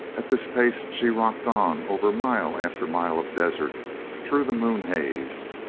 at this pace she rocked on over mile after mile of desert through the moonhaze,